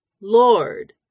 Lord